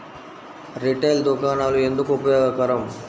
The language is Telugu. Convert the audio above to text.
రిటైల్ దుకాణాలు ఎందుకు ఉపయోగకరం?